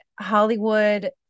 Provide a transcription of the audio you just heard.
Hollywood